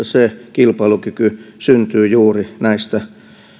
se kilpailukyky syntyy juuri näistä